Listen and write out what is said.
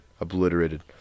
obliterated